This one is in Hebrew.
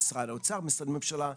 משרד האוצר ומשרדי ממשלה נוספים,